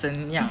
怎样